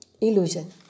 illusion